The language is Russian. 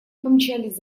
помчались